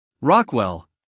Rockwell